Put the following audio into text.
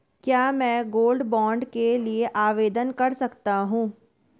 क्या मैं gold bond के लिए आवेदन कर सकता हूं?